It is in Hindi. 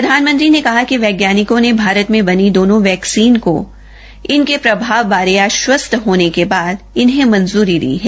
प्रधानमंत्री ने कहा कि वैज्ञानिकों ने भारत में बनी दोनो वैक्सीन को इनके प्रभाव बारे निषचिंत होने के बाद इन्हें मंजूरीदी है